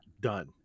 done